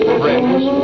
friends